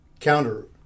counter